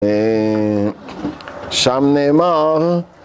שם נאמר